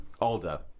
Alda